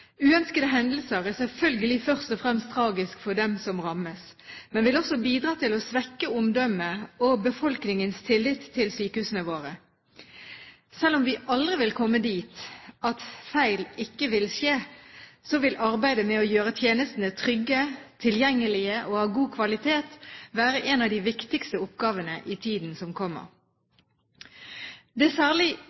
Uønskede hendelser er selvfølgelig først og fremst tragisk for dem som rammes, men vil også bidra til å svekke omdømmet og befolkningens tillit til sykehusene våre. Selv om vi aldri vil komme dit at det ikke skjer feil, vil arbeidet med å gjøre tjenestene trygge, tilgjengelige og av god kvalitet være en av de viktigste oppgavene i tiden som kommer. Det er særlig